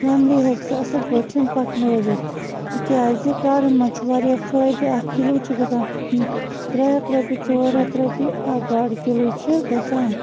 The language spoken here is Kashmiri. فیملی ہیٚکہِ سۄ اَصٕل پٲٹھۍ پکنٲوِتھ تِکیٛازِ گاڈن منٛز چھُ واریاہ فٲیدٕ اَکھ کِلوٗ چھُ گَژھان ترٛےٚ ہَتھ رۄپیہِ ژور ہَتھ رۄپیہِ اَکھ گاڈٕ کِلوٗ چھِ گَژھان